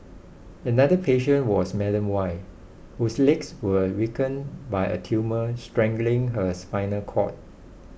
another patient was Madam Y whose legs were weakened by a tumour strangling her spinal cord